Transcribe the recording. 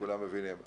כולם מבינים.